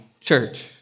church